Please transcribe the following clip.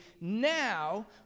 now